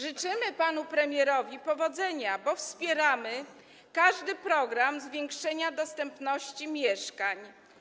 Życzymy panu premierowi powodzenia, bo wspieramy każdy program zwiększania dostępności mieszkań.